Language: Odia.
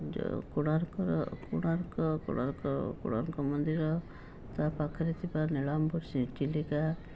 ଯେଉଁ କୋଣାର୍କର କୋଣାର୍କ କୋଣାର୍କ କୋଣାର୍କ ମନ୍ଦିର ତା'ପାଖରେ ଥିବା ନୀଳାମ୍ବୁ ଚିଲିକା